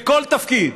בכל תפקיד,